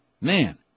Man